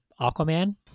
Aquaman